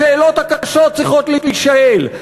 השאלות הקשות צריכות להישאל,